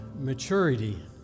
Maturity